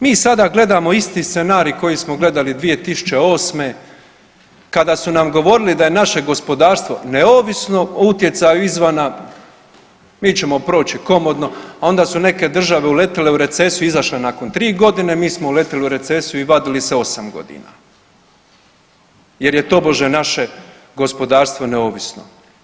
Mi sada gledamo isti scenarij koji smo gledali 2008., kada su nam govorili da je naše gospodarstvo neovisno o utjecaju izvana, mi ćemo proći komotno, a onda su neke države uletile u recesiju i izašle nakon 3 godine, mi smo uletili u recesiju i vadili se 8 godina jer je tobože naše gospodarstvo neovisno.